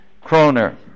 kroner